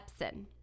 Epson